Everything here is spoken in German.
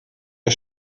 der